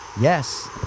Yes